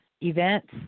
events